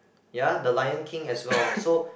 ya the Lion-King as well so